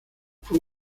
fue